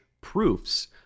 proofs